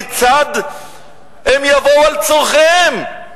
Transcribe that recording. כיצד הם יבואו על צורכיהם?